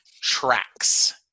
tracks